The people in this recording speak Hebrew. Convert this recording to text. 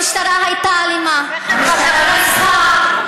המשטרה הייתה אלימה, המשטרה רצחה.